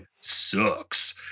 sucks